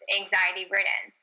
anxiety-ridden